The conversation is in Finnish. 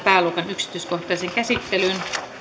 pääluokan kahteenkymmeneenneljään yksityiskohtaiseen käsittelyyn